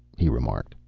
he remarked,